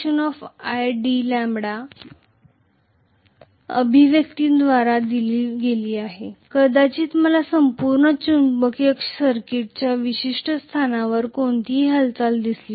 d अभिव्यक्तीद्वारे दिली गेली आहे कदाचित मला संपूर्ण चुंबकीय सर्किटच्या विशिष्ट स्थानावर कोणतीही हालचाल दिसली नाही